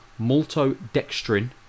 maltodextrin